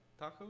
tacos